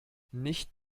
nicht